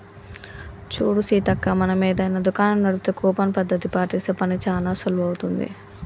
చూడు సీతక్క మనం ఏదైనా దుకాణం నడిపితే కూపన్ పద్ధతి పాటిస్తే పని చానా సులువవుతుంది